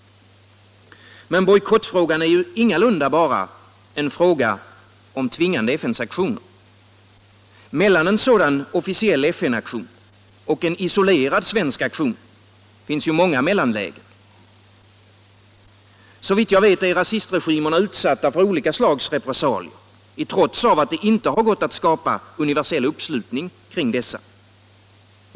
Men bojkottfrågan är ju ingalunda bara en fråga om tvingande FN-sanktioner. Mellan en sådan officiell FN-aktion och en isolerad svensk aktion finns många mellanlägen. Såvitt jag vet är rasistregimerna utsatta för olika slags repressalier i trots av att det inte har gått att skapa universell uppslutning kring dessa.